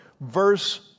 verse